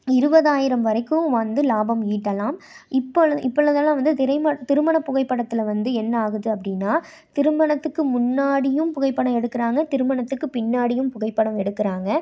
இருபதாயிரம் வரைக்கும் வந்து லாபம் ஈட்டலாம் இப்போ இப்பொழுதெல்லாம் வந்து திரைம திருமணப் புகைப்படத்தில் வந்து என்ன ஆகுது அப்படின்னா திருமணத்துக்கு முன்னாடியும் புகைப்படம் எடுக்கிறாங்க திருமணத்துக்குப் பின்னாடியும் புகைப்படம் எடுக்கிறாங்க